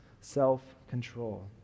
self-control